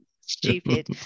stupid